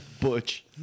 Butch